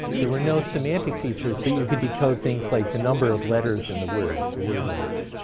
there were no semantic features, but you could decode things like the number of letters in the word, the word length.